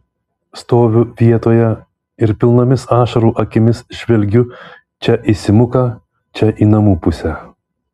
stoviu vietoje ir pilnomis ašarų akimis žvelgiu čia į simuką čia į namų pusę